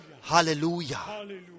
Hallelujah